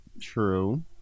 true